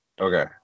Okay